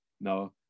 no